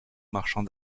marchand